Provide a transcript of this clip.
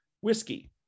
whiskey